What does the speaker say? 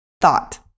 thought